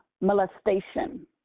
molestation